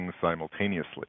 simultaneously